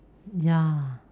ya